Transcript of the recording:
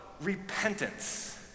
repentance